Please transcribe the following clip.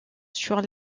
sur